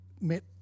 met